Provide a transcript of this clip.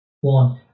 one